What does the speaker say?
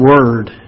word